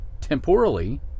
temporally